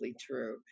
true